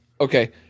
Okay